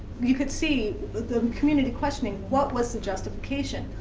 you could see the community questioning, what was the justification,